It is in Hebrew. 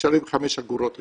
תשלם חמש אגורות לקילומטר.